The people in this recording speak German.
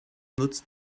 nutzt